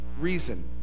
reason